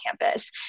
campus